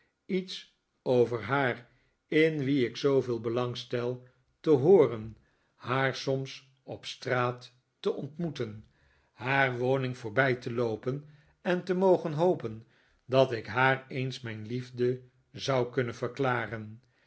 lets over haar in wie ik zooveel belang stel te hooren haar soms op straat te ontmoeten haar woning voorbij te loopen en te mogen hopen dat ik haar eens mijn liefde zou kunnen verklaren